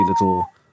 little